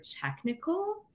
technical